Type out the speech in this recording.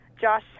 Josh